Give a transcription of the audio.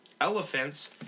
elephants